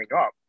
up